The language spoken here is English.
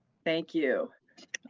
thank you.